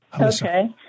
Okay